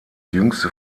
jüngste